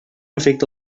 afecta